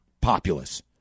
populace